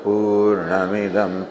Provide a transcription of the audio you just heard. Purnamidam